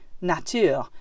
Nature